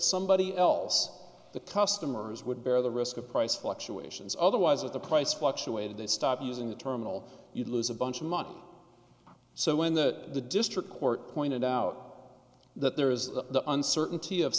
somebody else the customers would bear the risk of price fluctuations otherwise if the price fluctuated they stop using the terminal you'd lose a bunch of money so when that the district court pointed out that there is the uncertainty of